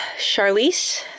Charlize